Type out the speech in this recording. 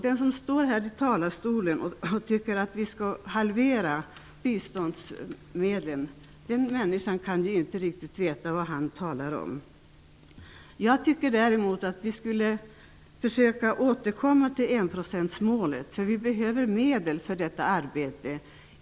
Den som står här i talarstolen och säger att vi skall halvera biståndsmedlen kan inte riktigt veta vad han talar om. Jag tycker däremot att vi skall försöka återkomma till enprocentsmålet. Vi behöver medel för detta arbete.